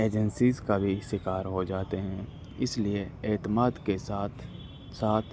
agencies کا بھی شکار ہو جاتے ہیں اس لیے اعتماد کے ساتھ ساتھ